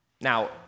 Now